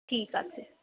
ঠিক আছে